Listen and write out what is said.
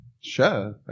Sure